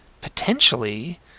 potentially